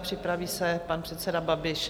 Připraví se pan předseda Babiš.